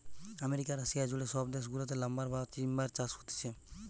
America, Russia জুড়ে সব দেশ গুলাতে লাম্বার বা টিম্বার চাষ হতিছে